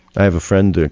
i have a friend, and